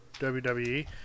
WWE